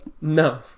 No